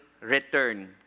return